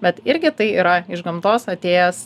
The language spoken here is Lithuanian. bet irgi tai yra iš gamtos atėjęs